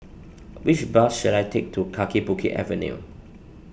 which bus should I take to Kaki Bukit Avenue